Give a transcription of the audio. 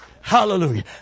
Hallelujah